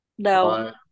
No